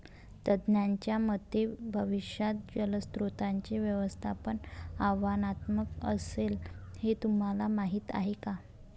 तज्ज्ञांच्या मते भविष्यात जलस्रोतांचे व्यवस्थापन आव्हानात्मक असेल, हे तुम्हाला माहीत आहे का?